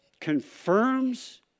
confirms